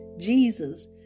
Jesus